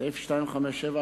סעיף 257,